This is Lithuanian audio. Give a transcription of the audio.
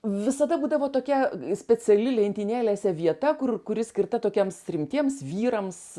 visada būdavo tokia speciali lentynėlėse vieta kur kuri skirta tokiems rimtiems vyrams